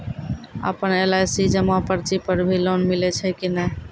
आपन एल.आई.सी जमा पर्ची पर भी लोन मिलै छै कि नै?